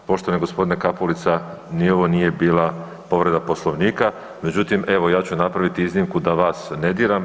Poštovani gospodine Kapulica ni ovo nije bila povreda Poslovnika, međutim evo ja ću napraviti iznimku da vas ne diram.